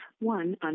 one